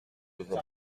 avons